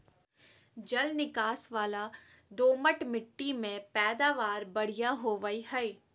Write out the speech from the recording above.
जल निकास वला दोमट मिट्टी में पैदावार बढ़िया होवई हई